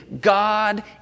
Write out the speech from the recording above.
God